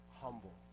humble